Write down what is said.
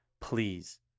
please